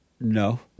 No